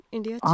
India